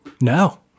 No